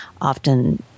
often